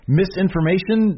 misinformation